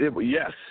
yes